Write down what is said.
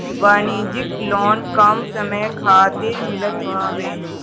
वाणिज्यिक लोन कम समय खातिर मिलत हवे